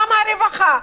גם הרווחה,